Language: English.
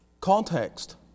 context